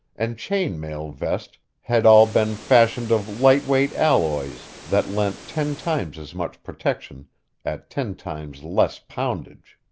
and chain-mail vest had all been fashioned of light-weight alloys that lent ten times as much protection at ten times less poundage.